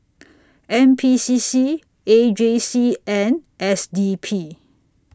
N P C C A J C and S D P